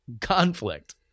conflict